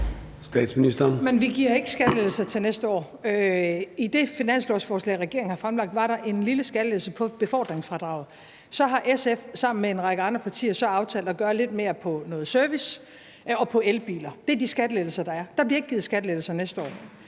vi giver ikke skattelettelser til næste år. I det finanslovsforslag, regeringen har fremsat, var der en lille skattelettelse på befordringsfradraget. Så har SF sammen med en række andre partier aftalt at gøre lidt mere på noget service og på elbiler. Det er de skattelettelser, der er. Der bliver ikke givet skattelettelser næste år.